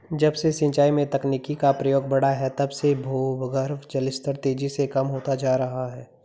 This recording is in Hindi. जब से सिंचाई में तकनीकी का प्रयोग बड़ा है तब से भूगर्भ जल स्तर तेजी से कम होता जा रहा है